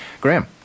Graham